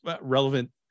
relevant